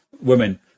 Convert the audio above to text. women